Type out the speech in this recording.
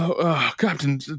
Captain